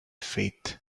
faith